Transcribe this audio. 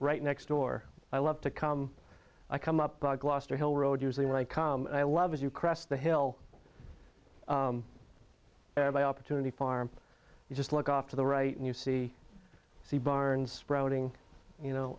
right next door i love to come i come up the gloucester hill road usually when i come i love as you crest the hill by opportunity farm you just look off to the right and you see see barns sprouting you know